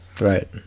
Right